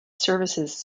services